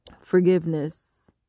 forgiveness